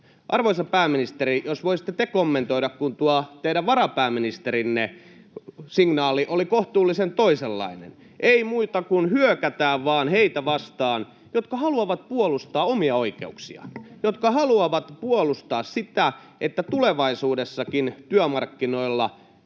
Arvoisa pääministeri, jos voisitte te kommentoida, kun tuo teidän varapääministerinne signaali oli kohtuullisen toisenlainen. Ei muuta kuin hyökätään vaan heitä vastaan, jotka haluavat puolustaa omia oikeuksiaan, jotka haluavat puolustaa sitä, että tulevaisuudessakin työmarkkinoilla